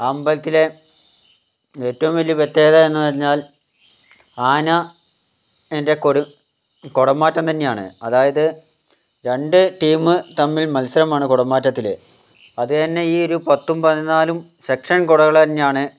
ആ അമ്പലത്തിലെ ഏറ്റവും വലിയ പ്രത്യേകത എന്ന് പറഞ്ഞാൽ ആന അതിൻ്റെ കുട കുടമാറ്റം തന്നെയാണ് അതായത് രണ്ട് ടീം തമ്മിൽ മത്സരമാണ് കുട മാറ്റത്തിൽ അത് തന്നെ ഈ പത്തും പതിനാലും സെക്ഷൻ കുടകൾ തന്നെയാണ്